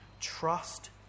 Trust